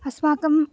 अस्माकं